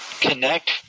connect